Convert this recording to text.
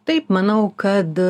taip manau kad